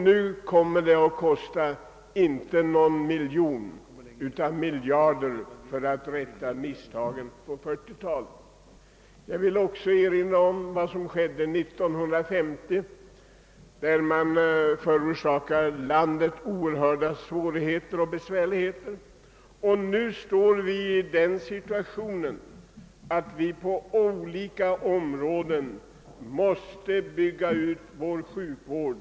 Nu kommer det att kosta inte någon miljon utan miljarder att rätta till de misstag som begicks på 1940 talet. Jag vill också erinra om vad som skedde 1950. Då förorsakades landet oerhörda besvärligheter och förluster genom att inte våga handla. Nu befinner vi oss i den situationen att vi på olika områden måste bygga ut vår sjukvård.